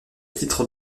titre